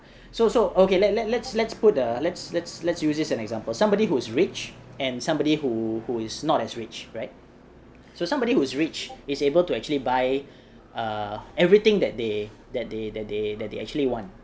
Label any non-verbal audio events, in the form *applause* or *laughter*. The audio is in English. so so okay let let let's let's put uh let's let's let's use this as an example somebody who is rich and somebody who who is not as rich right so somebody who's rich is able to actually buy *breath* err everything that they that they that they that they actually want